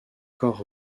cor